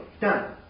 Done